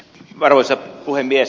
arvoisa puhemies